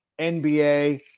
NBA